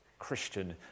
christian